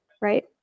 right